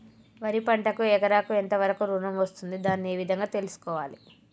వరి పంటకు ఎకరాకు ఎంత వరకు ఋణం వస్తుంది దాన్ని ఏ విధంగా తెలుసుకోవాలి?